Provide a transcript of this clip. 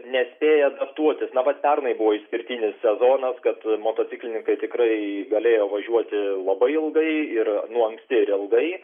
nespėja adaptuotis na vat pernai buvo išskirtinis sezonas kad motociklininkai tikrai galėjo važiuoti labai ilgai ir nuo anksti ir ilgai